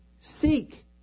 Seek